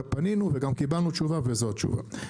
פנינו וגם קיבלנו תשובה וזו התשובה.